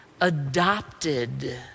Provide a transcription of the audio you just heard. adopted